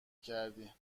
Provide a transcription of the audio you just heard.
کردی